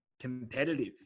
competitive